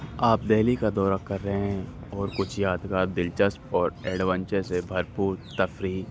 آپ دہلی کا دورہ کر رہے ہیں اور کچھ یادگار دلچسپ اور ایڈونچر سے بھرپور تفریح